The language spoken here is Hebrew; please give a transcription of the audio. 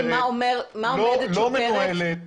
לא מנוהלת,